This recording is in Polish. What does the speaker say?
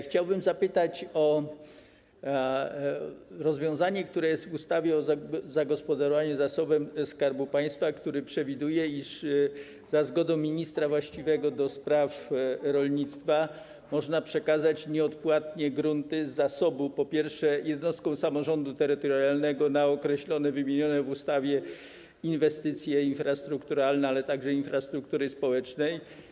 Chciałbym zapytać o rozwiązanie, które jest w ustawie o gospodarowaniu zasobem Skarbu Państwa i przewiduje, iż za zgodą ministra właściwego do spraw rolnictwa można przekazać nieodpłatnie grunty z zasobu, po pierwsze, jednostkom samorządu terytorialnego na określone, wymienione w ustawie inwestycje infrastrukturalne, ale także infrastruktury społecznej.